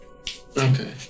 okay